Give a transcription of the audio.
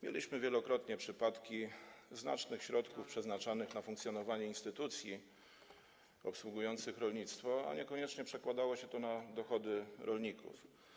Mieliśmy wielokrotnie przypadki znacznych środków przeznaczanych na funkcjonowanie instytucji obsługujących rolnictwo, a niekoniecznie przekładało się to na dochody rolników.